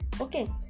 Okay